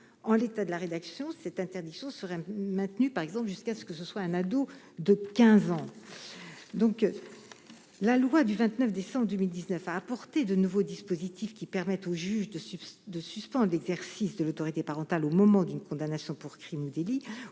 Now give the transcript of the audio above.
en l'état de la rédaction de l'amendement, cette interdiction serait maintenue, par exemple, jusqu'à ce qu'il devienne un adolescent de 15 ans. La loi du 29 décembre 2019 a déjà créé de nouveaux dispositifs qui permettent au juge de suspendre l'exercice de l'autorité parentale au moment d'une condamnation pour crime ou délit,